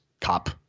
cop